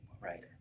right